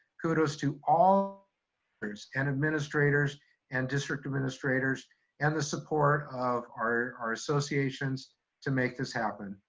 kudos to all players and administrators and district administrators and the support of our our associations to make this happen.